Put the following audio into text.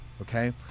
okay